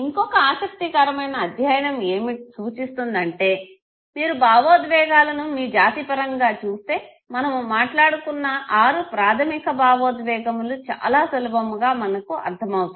ఇంకొక ఆసక్తికరమైన అధ్యయనం ఏమి సూచిస్తుందంటే మీరు భావోద్వేగాలను మీ జాతిపరంగా చూస్తే మనము మాట్లాడుకున్న ఆరు ప్రాధమిక భావోద్వేగములు చాలా సులభముగా మనకు అర్ధం అవుతాయి